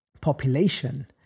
population